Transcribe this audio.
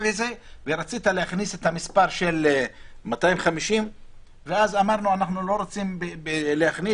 ורצית להכניס את המספר 250 ואז אמרנו: אנחנו לא רוצים להכניס,